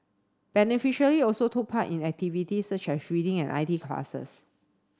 beneficially also took part in activities such as reading and I T classes